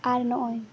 ᱟᱨ ᱱᱚᱜᱼᱚᱭ